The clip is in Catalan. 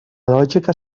lògica